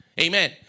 Amen